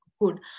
good